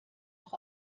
auch